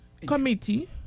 committee